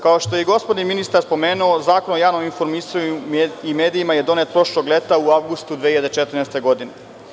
Kao što je gospodin ministar spomenuo, Zakon o javnom informisanju i medijima je donet prošlog leta, u avgustu 2014. godine.